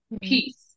peace